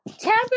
Tampa